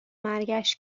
مرگش